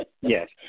Yes